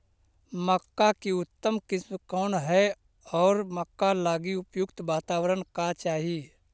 मक्का की उतम किस्म कौन है और मक्का लागि उपयुक्त बाताबरण का चाही?